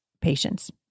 patience